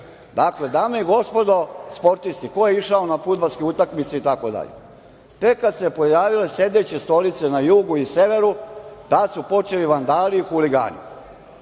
Dakle, dame i gospodo sportisti ko je išao na fudbalske utakmice itd. tek kada su se pojavile sedeće stolice na jugu i severu tada su počeli vandali i huligani.